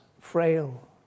frail